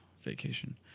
vacation